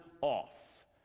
off